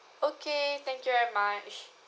okay thank you very much